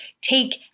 take